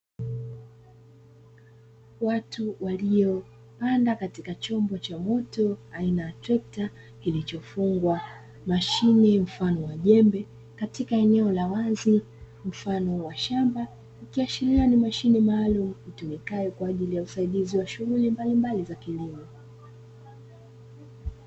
Watu waliopanda katika chombo cha moto aina ya trekta, kilichofungwa mashine aina ya jembe, katika eneo la wazi mfano wa shamba, ikiashiria ni mashine maalumu itumikayo kwa ajili ya usaidizi wa shughuli mbalimbali za kilimo.